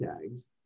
tags